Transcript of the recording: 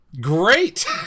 Great